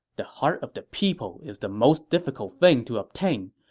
the heart of the people is the most difficult thing to obtain.